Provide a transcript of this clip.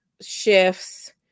shifts